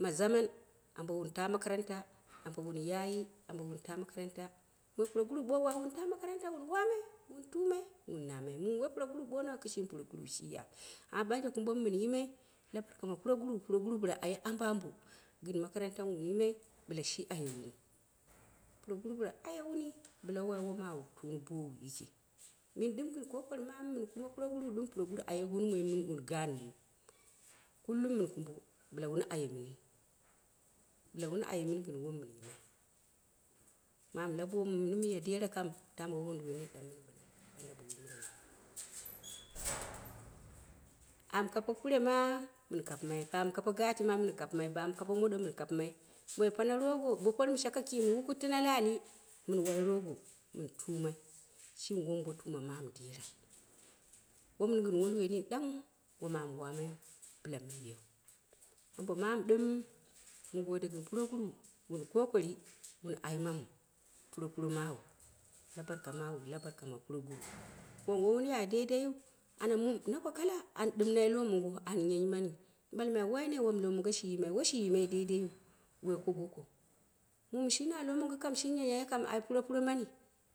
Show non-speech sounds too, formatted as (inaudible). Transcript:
Woma zaman ambo wun ta makaranta wun yayi ambo wun ta makaranta, bo puroguru ba a ye wun ta makaramta wim wamai, wun tumai, wun namai mum wo puroguro ɓonnau, kishimi puroguru shi ya. Amna ɓangje kumbo mi na yimai la barka me puroguru, puroguru bɨla aye ambo ambo gɨn makaranta mɨ wun yimai bi shi aye wuni puroguru bɨla aye wuni bɨla waiwu moma awu tuni boowu jiki mɨn ɗɨm gɨn kokori mamu mɨn kumbe puroguro aye wuni moi mɨ wun gaanmu. Kullun mɨn kumbo bɨla wun aye muni, bɨla wun aye muni gɨ wonam mɨn yimai. Mamu la booma mɨni miya dera kam da woi wunduwoi nini ɗang mɨn binau, ɓale bɨla mɨn yew (noise) amu kape kure ma, mɨn kapɨma ba, mu kape gati ma, mɨn kapima ba mɨ kape moɗo ma mɨn kapimai. Moi pane rogo bo pormi shan ka kiim mukuttin la ali, mɨn wai rogo mɨn tumai shimi wom botuma mamu dera. Woi mɨn gɨn wunduwoi mini danghu wom amu wamai bɨla mɨn yew ambo mumu ɗɨm mɨ gode gɨn puroguru wun kokari wun almamu propuro mawu, la barka mama, la barka ma puroguru, moi woi wun ya daidaiu, aya mu, na ko kala an ɗɨm nai lowo mongo an nyanyi mani an ɓalladai wane wom lowo mongo shi yimai woi shi yimai daidaiu, woi ko gokou. Mum shi na lowo mongo kam, shi nyanya kam ai puropuro mani,